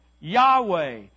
Yahweh